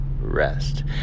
Rest